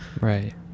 right